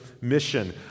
mission